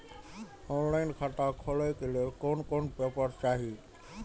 Online खाता खोले के लेल कोन कोन पेपर चाही?